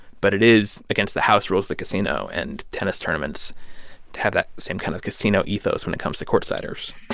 but it is against the house rules of the casino. and tennis tournaments have that same kind of casino ethos when it comes to courtsiders